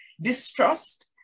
distrust